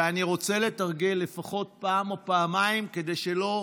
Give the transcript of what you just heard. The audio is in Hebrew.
ואני רוצה לתרגל לפחות פעם או פעמיים, כדי שלא